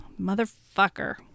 motherfucker